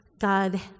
God